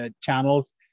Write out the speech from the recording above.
channels